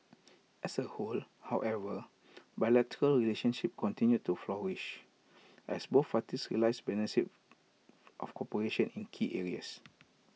as A whole however bilateral relationship continued to flourish as both realise of cooperation in key areas